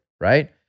right